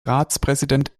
ratspräsident